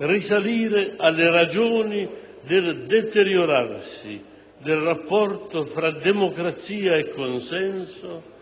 risalire alle ragioni del deteriorarsi del rapporto fra democrazia e consenso